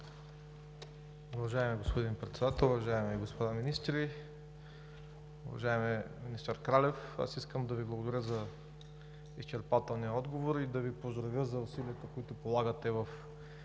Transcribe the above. Уважаеми господин Председател, уважаеми господа министри! Уважаеми министър Кралев, аз искам да Ви благодаря за изчерпателния отговор и да Ви поздравя за усилията, които полагате в